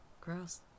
Gross